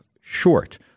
short